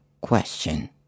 question